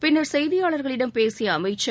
பின்னர் செய்தியாளர்களிடம் பேசிய அமைச்சர்